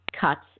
cuts